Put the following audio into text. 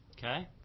Okay